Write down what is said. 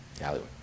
alleyway